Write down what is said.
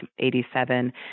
87